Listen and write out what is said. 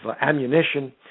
ammunition